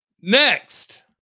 Next